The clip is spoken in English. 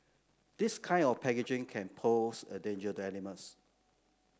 this kind of packaging can pose a danger to animals